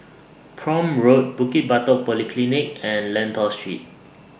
Prome Road Bukit Batok Polyclinic and Lentor Street